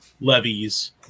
levies